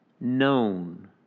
known